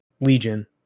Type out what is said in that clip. legion